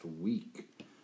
week